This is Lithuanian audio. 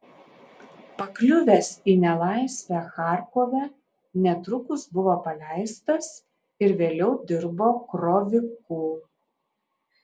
pakliuvęs į nelaisvę charkove netrukus buvo paleistas ir vėliau dirbo kroviku